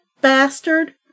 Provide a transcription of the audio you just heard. Bastard